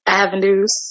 avenues